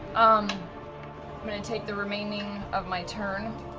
i'm going to take the remaining of my turn.